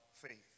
faith